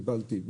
קיבלתי,